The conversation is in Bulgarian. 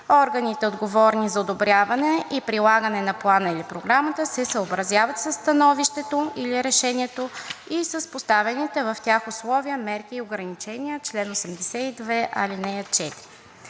Органите, отговорни за одобряване и прилагане на плана или програмата, се съобразяват със становището или решението и с поставените в тях условия, мерки и ограничения – чл. 82, ал. 4.